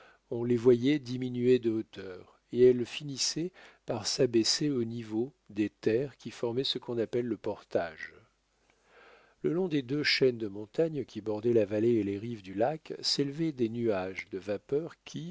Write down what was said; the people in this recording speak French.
on les voyait diminuer de hauteur et elles finissaient par s'abaisser au niveau des terres qui formaient ce qu'on appelle le portage le long des deux chaînes de montagnes qui bordaient la vallée et les rives du lac s'élevaient des nuages de vapeur qui